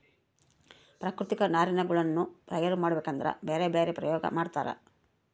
ಪ್ರಾಕೃತಿಕ ನಾರಿನಗುಳ್ನ ತಯಾರ ಮಾಡಬೇಕದ್ರಾ ಬ್ಯರೆ ಬ್ಯರೆ ಪ್ರಯೋಗ ಮಾಡ್ತರ